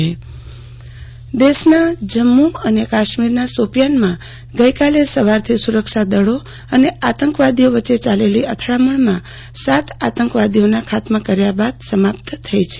આરતી ભદ્દ જમ્મ્ કશ્મીર દેશના જમ્મુ અને કાશ્મીરના શોપીયાનમાં ગઇકાલે સવારથી સુ રક્ષાદળો અને આતંકવાદીઓ વચ્ચે યાલેલી અથડામણમાં સાત આતંકવાદીઓના ખાત્મા કર્યા બાદ સમાપ્ત થઇ છે